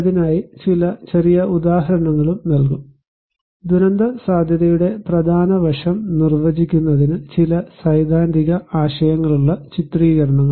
അതിനാൽ ചില ചെറിയ ഉദാഹരണങ്ങൾ നൽകും ദുരന്തസാധ്യതയുടെ പ്രധാന വശം നിർവചിക്കുന്നതിന് ചില സൈദ്ധാന്തിക ആശയങ്ങളുള്ള ചിത്രീകരണങ്ങൾ